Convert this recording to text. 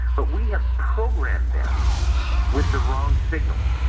but we have programed them with the wrong signals,